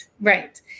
Right